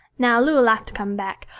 now loo ll have to come back.